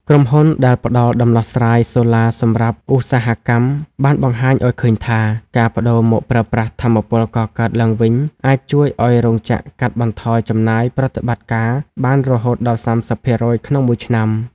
ក្រុមហ៊ុនដែលផ្ដល់ដំណោះស្រាយសូឡាសម្រាប់ឧស្សាហកម្ម បានបង្ហាញឱ្យឃើញថា ការប្ដូរមកប្រើប្រាស់ថាមពលកកើតឡើងវិញអាចជួយឱ្យរោងចក្រកាត់បន្ថយចំណាយប្រតិបត្តិការបានរហូតដល់ ៣០% ក្នុងមួយឆ្នាំ។